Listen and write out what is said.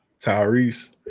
Tyrese